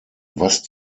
was